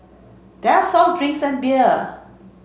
there are soft drinks and beer